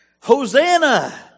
Hosanna